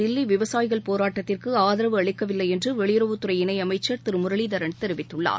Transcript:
தில்லிவிவசாயிகள் போராட்டத்திற்குஆதரவளிக்கவில்லைஎன்றுவெளியுறவுத்துறை எந்தஒருநாடும் இணைச்சர் திருமுரளிதரன் தெரிவித்துள்ளார்